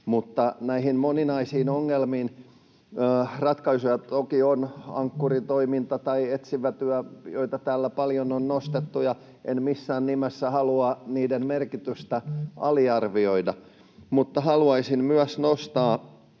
Näihin moninaisiin ongelmiin ratkaisuja toki on, kuten ankkuritoiminta ja etsivä työ, joita täällä paljon on nostettu. En missään nimessä halua niiden merkitystä aliarvioida, mutta haluaisin nostaa